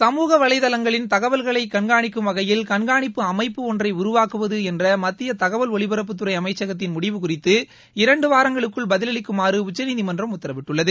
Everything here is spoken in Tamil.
சமூக வலை தளங்ககளின் தகவல்களை கண்காணிக்கும் வகையில் கண்காணிப்பு அமைப்பு ஒன்றை உருவாக்குவது என்ற மத்திய தகவல் ஒலிபரப்புத்துறை அமைச்சகத்தின் முடிவு குறித்து இரண்டு வாரங்களுக்குள் பதிலளிக்குமாறு உச்சநீதிமன்றம் உத்தரவிட்டுள்ளது